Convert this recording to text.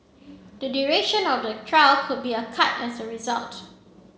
the duration of the trial could be a cut as result